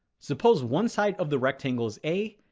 suppose one side of the rectangle is a,